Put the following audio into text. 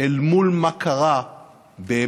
אל מול מה שקרה באמת,